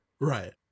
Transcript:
right